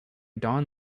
don